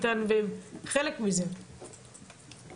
בדיון הבא